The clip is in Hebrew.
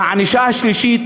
והענישה השלישית,